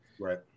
Right